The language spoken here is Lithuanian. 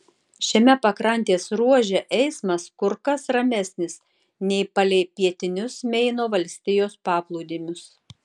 šiame pakrantės ruože eismas kur kas ramesnis nei palei pietinius meino valstijos paplūdimius